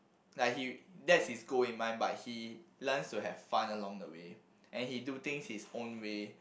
like he that's his goal in mind but he learns to have fun along the way and he do things his own way